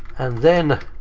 and then,